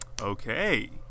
Okay